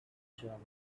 germany